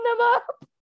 up